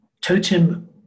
Totem